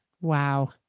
Wow